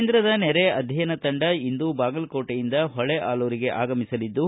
ಕೇಂದ್ರದ ನೆರೆ ಅಧ್ಯಯನ ತಂಡ ಇಂದು ಬಾಗಲಕೋಟೆಯಿಂದ ಹೊಳೆಆಲೂರಿಗೆ ಆಗಮಿಸಲಿದ್ದು